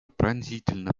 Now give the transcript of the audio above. пронзительно